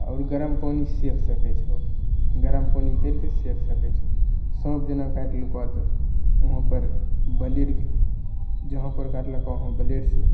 आओर गरम पानि से सकै छहो गरम पानी करिके सेक सकै छहो साँप जेना काटि लेलको तऽ वहाँ पर ब्लेड जहाँ पर काटलको वहाँ ब्लेड से